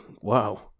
wow